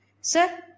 Sir